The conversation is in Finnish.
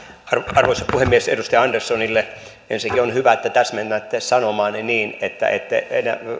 arvoisa puhemies edustaja anderssonille ensinnäkin on hyvä että täsmennätte sanomaanne niin että ette